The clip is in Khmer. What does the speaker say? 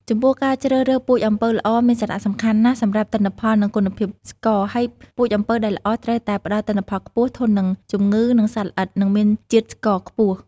ចំពោះការជ្រើសរើសពូជអំពៅល្អមានសារៈសំខាន់ណាស់សម្រាប់ទិន្នផល និងគុណភាពស្ករ ហើយពូជអំពៅដែលល្អត្រូវតែផ្តល់ទិន្នផលខ្ពស់ ធន់នឹងជំងឺ និងសត្វល្អិត និងមានជាតិស្ករខ្ពស់។